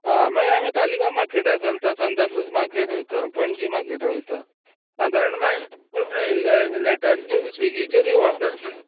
हय मागीर आमी तालीगांव मार्कीटाक घालता सांताकूर्ज मार्कीटात वयता पणजी मार्केटा वयता साधारण मागीर नेटाचेर स्विगीचेरूय ओडर